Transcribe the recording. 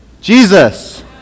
Jesus